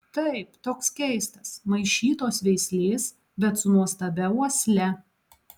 taip toks keistas maišytos veislės bet su nuostabia uosle